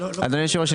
אדוני היושב-ראש,